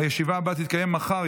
הישיבה הבאה תתקיים מחר,